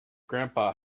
grandpa